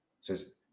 says